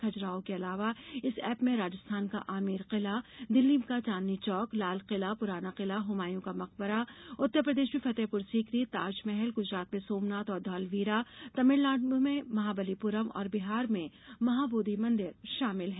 खज़्राहो के अलावा इस ऐप में राजस्थान का आमेर का किला दिल्ली में चांदनी चौक लाल किला पुराना किला हमायूं का मकबरा उत्तर प्रदेश में फतेहपुर सीकरी ताज महल गुजरात में सोमनाथ और धौलावीरा तमिलनाडु में महाबलिपुरम और बिहार में महाबोधि मंदिर शामिल है